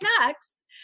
next